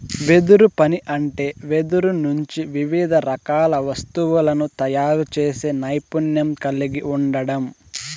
వెదురు పని అంటే వెదురు నుంచి వివిధ రకాల వస్తువులను తయారు చేసే నైపుణ్యం కలిగి ఉండడం